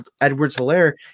Edwards-Hilaire